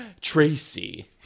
Tracy